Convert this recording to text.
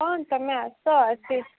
ହଁ ତୁମେ ଆସ ଆସି